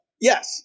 Yes